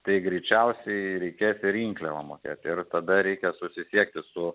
tai greičiausiai reikės ir rinkliavą mokėt ir tada reikia susisiekti su